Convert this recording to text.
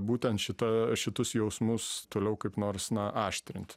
būtent šita šitus jausmus toliau kaip nors na aštrint